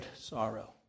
sorrow